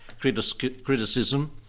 criticism